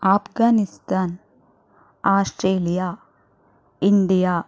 Afghanistan Australia India